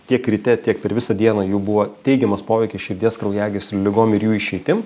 tiek ryte tiek per visą dieną jų buvo teigiamas poveikis širdies kraujagyslių ligom ir jų išeitim